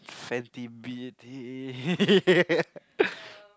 Fenty-Beauty